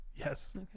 yes